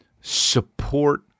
support